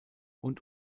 und